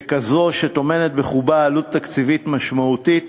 וכזאת שטומנת בחובה עלות תקציבית משמעותית